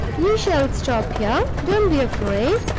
you shall stop here don't be afraid.